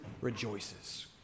rejoices